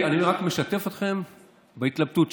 אני רק משתף אתכם בהתלבטות שלי.